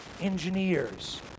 Engineers